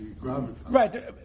Right